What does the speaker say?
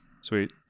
Sweet